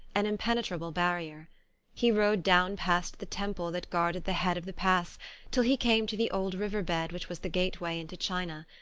an impenetrable barrier he rode down past the temple that guarded the head of the pass till he came to the old river bed which was the gateway into china.